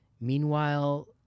meanwhile